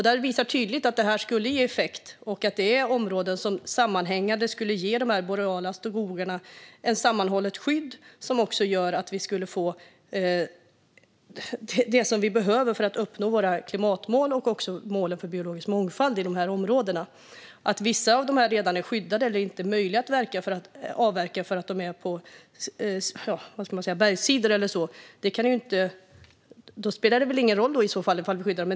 Där visas det tydligt att detta skulle ge effekt och att det är områden som sammanhängande skulle ge de boreala skogarna ett sammanhållet skydd, vilket också skulle göra att vi får det vi behöver för att uppnå våra klimatmål och målen för biologisk mångfald i dessa områden. Vissa av dem är redan skyddade eller inte möjliga att avverka, exempelvis eftersom de ligger på bergssidor, och då spelar det ingen roll om vi skyddar dem.